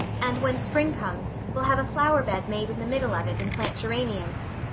and when spring comes we'll have a flower-bed made in the middle of it and plant geraniums.